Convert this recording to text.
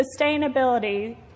sustainability